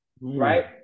right